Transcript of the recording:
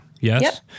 yes